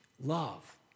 love